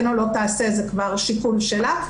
כן או לא תעשה זה כבר שיקול שלה,